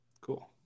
Cool